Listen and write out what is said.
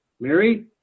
Mary